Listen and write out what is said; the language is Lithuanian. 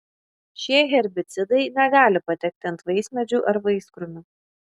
šie herbicidai negali patekti ant vaismedžių ar vaiskrūmių